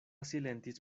silentis